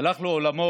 הלך לעולמו